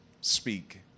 Speak